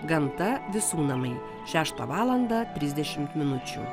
gamta visų namai šeštą valandą trisdešimt minučių